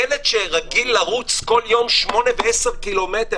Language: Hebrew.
ילד שרגיל לרוץ כל יום 8 ו-10 ק"מ,